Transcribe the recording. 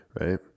right